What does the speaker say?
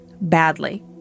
badly